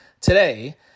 today